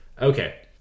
Okay